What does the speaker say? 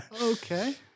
Okay